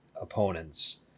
opponents